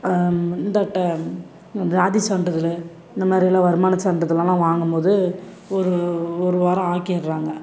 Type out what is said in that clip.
இந்த அட்டை இந்த சாதி சான்றிதழ் இந்த மாதிரியெல்லாம் வருமான சான்றிதழ் எல்லாம் வாங்கும்போது ஒரு ஒரு வாரம் ஆக்கிடுறாங்க